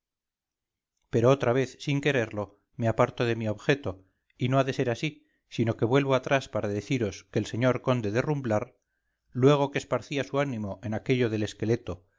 pero otra vez sin quererlo me aparto de mi objeto y no ha de ser así sino que vuelvo atrás para deciros que el señor conde de rumblar luego que esparcía su ánimo en aquello del esqueleto